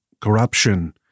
corruption